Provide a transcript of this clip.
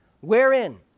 wherein